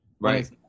Right